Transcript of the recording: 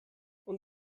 und